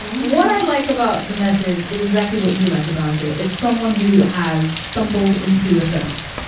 what i like about the message is exactly what you like about it. it's someone who has stumbled into a thirst.